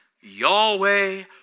Yahweh